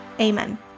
Amen